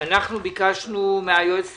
ביקשנו מהיועצת